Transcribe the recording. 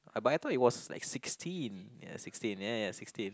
uh but I thought it was like sixteen ya sixteen ya ya sixteen